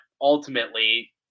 ultimately